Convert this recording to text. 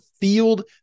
FIELD